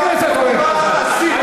מה יש?